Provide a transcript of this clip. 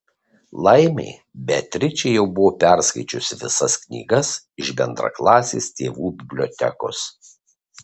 laimei beatričė jau buvo perskaičiusi visas knygas iš bendraklasės tėvų bibliotekos